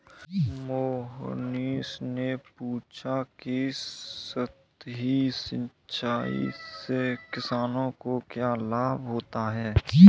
मोहनीश ने पूछा कि सतही सिंचाई से किसानों को क्या लाभ होता है?